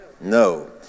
No